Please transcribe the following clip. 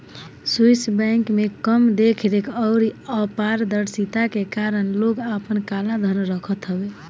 Swiss bank में कम देख रेख अउरी अपारदर्शिता के कारण लोग आपन काला धन रखत हवे